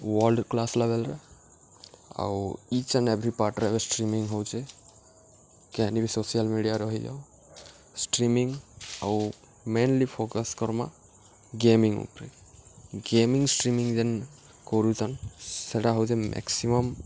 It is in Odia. ୱାର୍ଲ୍ଡ କ୍ଲାସ୍ ଲେଭେଲ୍ରେ ଆଉ ଇଚ୍ ଏଣ୍ଡ୍ ଏଭ୍ରି ପାର୍ଟ୍ରେ ଏବେ ଷ୍ଟ୍ରିମିଂ ହଉଚେ କେହେନି ବି ସୋସିଆଲ୍ ମିଡ଼ିଆର ହେଇଯାଉ ଷ୍ଟ୍ରିମିଂ ଆଉ ମେନ୍ଲି ଫୋକସ୍ କର୍ମା ଗେମିଂ ଉପ୍ରେ ଗେମିଂ ଷ୍ଟ୍ରିମିଂ ଯେନ୍ କରୁଚନ୍ ସେଟା ହଉଚେ ମ୍ୟାକ୍ସିମମ୍